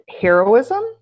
heroism